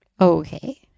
Okay